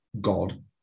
God